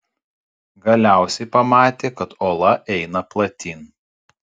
galiausiai pamatė kad ola eina platyn